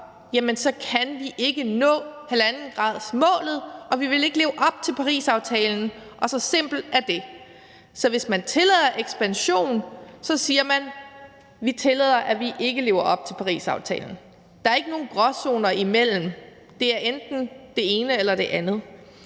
ikke kan nå 1,5-gradersmålet, og at vi ikke vil leve op til Parisaftalen. Så simpelt er det. Så hvis man tillader en ekspansion, siger man, at man tillader, at man ikke lever op til Parisaftalen. Der er ikke nogen gråzoner imellem det – det er enten det ene eller det andet